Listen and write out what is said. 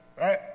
right